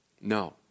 No